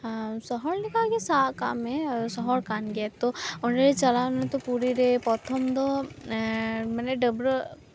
ᱥᱚᱦᱚᱨ ᱞᱮᱠᱟᱜᱮ ᱥᱟᱵ ᱠᱟᱜ ᱢᱮ ᱥᱚᱦᱚᱨ ᱠᱟᱱ ᱜᱮᱭᱟ ᱛᱚ ᱚᱸᱰᱮ ᱪᱟᱞᱟᱣ ᱞᱮᱱᱟ ᱛᱚ ᱯᱩᱨᱤ ᱨᱮ ᱯᱨᱚᱛᱷᱚᱢ ᱫᱚ ᱢᱟᱱᱮ ᱰᱟᱹᱵᱽᱨᱟᱹᱜ